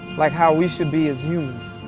like how we should be as humans.